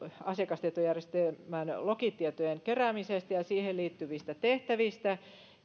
asiakastietojärjestelmän lokitietojen keräämisestä ja ja siihen liittyvistä tehtävistä